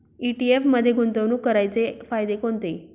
ETF मध्ये गुंतवणूक करण्याचे फायदे कोणते?